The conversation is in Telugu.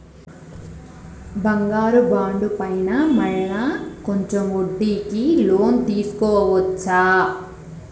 బంగారు బాండు పైన మళ్ళా కొంచెం వడ్డీకి లోన్ తీసుకోవచ్చా?